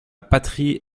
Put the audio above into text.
patrie